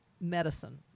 medicine